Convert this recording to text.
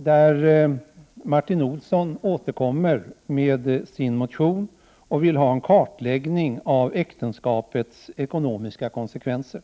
1. Martin Olsson återkommer med sin motion om kartläggning av äktenskapets ekonomiska konsekvenser.